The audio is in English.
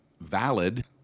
valid